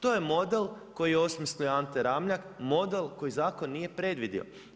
To je model koji je osmislio Ante Ramljak, model koji zakon nije predvidio.